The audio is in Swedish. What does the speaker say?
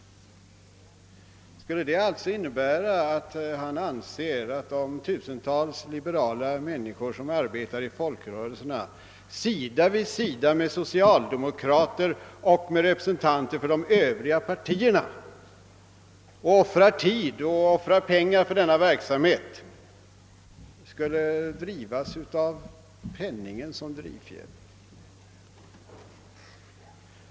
Skulle det alltså innebära att han anser, att de tusentals liberala människor, som i folkrörelserna arbetar sida vid sida med socialdemokrater och med medlemmar i de övriga partierna och som offrar tid och pengar för denna verksamhet, skulle ha penningen som drivfjäder?